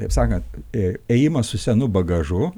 taip sakant ėjimas su senu bagažu